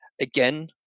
again